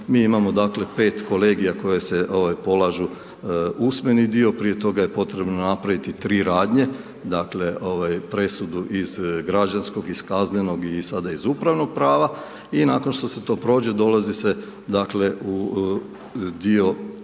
mi imamo dakle, 5 kolegija koji se polažu usmeni dio, prije toga je potrebna napraviti 3 radnje, dakle, presudu iz građanskog, iz kaznenog i sada iz upravnog prava i nakon što se to prođe, dolazi se,